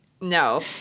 No